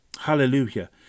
Hallelujah